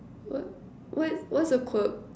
what what what's a quirk